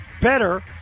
better